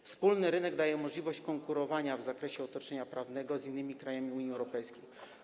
Wspólny rynek daje możliwość konkurowania w zakresie otoczenia prawnego z innymi krajami Unii Europejskiej.